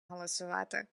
голосувати